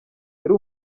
yari